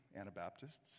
Anabaptists